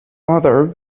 other